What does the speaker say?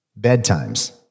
bedtimes